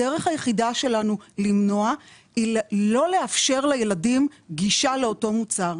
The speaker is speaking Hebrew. הדרך היחידה שלנו למנוע היא לא לאפשר לילדים גישה לאותו מוצר.